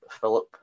Philip